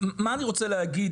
מה אני רוצה להגיד